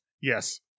Yes